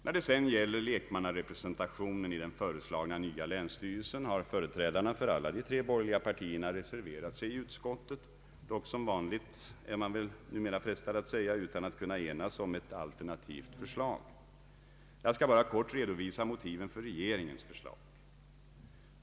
När det sedan gäller lekmannarepresentationen i den föreslagna nya länsstyrelsen har företrädarna för alla de tre borgerliga partierna reserverat sig i utskottet, dock — som vanligt är man väl numera frestad att säga — utan att kunna enas om ett alternativt förslag. Jag skall bara helt kort redovisa motiven för regeringens förslag.